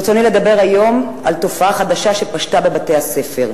ברצוני לדבר היום על תופעה חדשה שפשתה בבתי-הספר,